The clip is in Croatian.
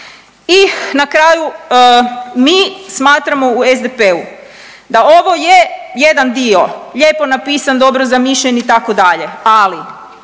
I na kraju, mi smatramo u SDP-u pa ovo je jedan dio lijepo napisan, dobro zamišljen itd., ali